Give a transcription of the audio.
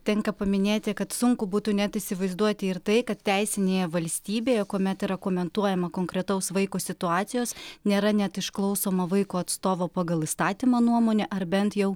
tenka paminėti kad sunku būtų net įsivaizduoti ir tai kad teisinėje valstybėje kuomet yra komentuojama konkretaus vaiko situacijos nėra net išklausoma vaiko atstovo pagal įstatymą nuomonė ar bent jau